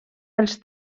dels